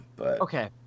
Okay